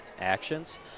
actions